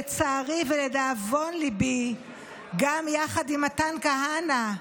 ולצערי ולדאבון ליבי גם יחד עם מתן כהנא.